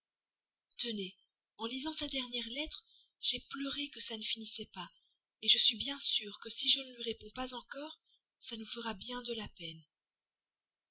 tenez en lisant sa dernière lettre j'ai pleuré que ça ne finissait pas je suis sûre que si je ne lui réponds pas encore cela nous fera bien de la peine